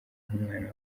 nk’umwana